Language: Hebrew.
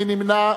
מי נמנע?